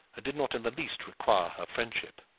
did not in the least require her friendship.